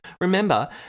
Remember